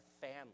family